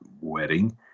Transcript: wedding